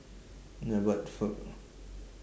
ya but for